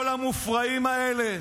והוא מוצא את כל המופרעים האלה,